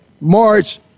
March